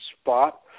spot